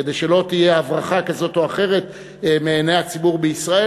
כדי שלא תהיה הברחה כזאת או אחרת מעיני הציבור בישראל,